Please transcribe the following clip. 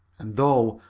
and though,